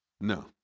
No